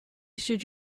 should